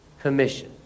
Commission